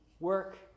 work